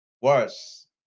Worse